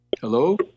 Hello